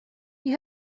you